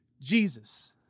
Jesus